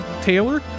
Taylor